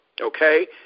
okay